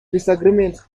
disagreement